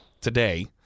today